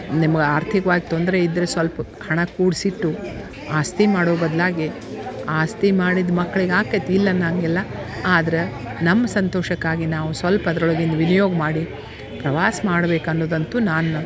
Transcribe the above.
ನಿಮ್ಗೆ ಆರ್ಥಿಕವಾಗಿ ತೊಂದರೆ ಇದ್ದರೆ ಸೊಲ್ಪ ಹಣ ಕೂಡ್ಸಿಟ್ಟು ಆಸ್ತಿ ಮಾಡೋ ಬದಲಾಗಿ ಆಸ್ತಿ ಮಾಡಿದ್ದು ಮಕ್ಳಿಗೆ ಆಕ್ತೈತಿ ಇಲ್ಲ ಅನ್ನಂಗಿಲ್ಲ ಆದ್ರ ನಮ್ ಸಂತೋಷಕ್ಕಾಗಿ ನಾವು ಸೊಲ್ಪ ಅದ್ರೊಳಗಿಂದ ವಿನಿಯೋಗ ಮಾಡಿ ಪ್ರವಾಸ ಮಾಡ್ಬೇಕು ಅನ್ನೋದಂತು ನಾನು